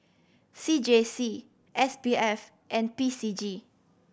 C J C S P F and P C G